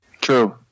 True